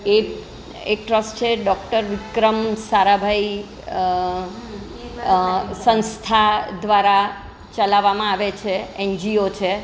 એ એક ટ્રસ્ટ છે ડૉક્ટર વિક્રમ સારાભાઈ સંસ્થા દ્વારા ચલાવવામાં આવે છે એનજીઓ છે